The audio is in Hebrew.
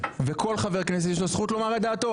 ולכל חבר כנסת יש זכות לומר את דעתו.